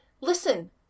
listen